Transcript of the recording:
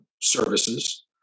services